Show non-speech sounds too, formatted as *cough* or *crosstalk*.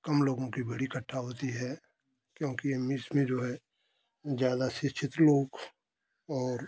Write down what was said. कम लोगों की भीड़ इकट्ठा होती है क्योंकि *unintelligible* में जो है ज़्यादा शिक्षित लोग और